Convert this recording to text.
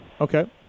Okay